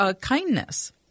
kindness